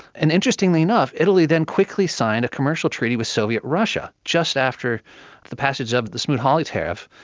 and interestingly enough, italy then quickly signed a commercial treaty with soviet russia just after the passage of the smoot-hawley tariff,